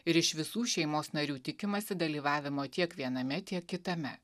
ir iš visų šeimos narių tikimasi dalyvavimo tiek viename tiek kitame